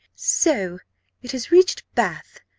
so it has reached bath,